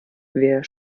wer